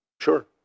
Sure